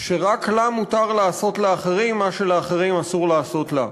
שרק לה מותר לעשות לאחרים מה שלאחרים אסור לעשות לה.